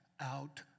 out